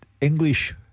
English